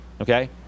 Okay